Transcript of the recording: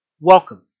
Welcome